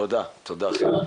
תודה, חן.